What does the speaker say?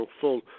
full